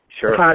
sure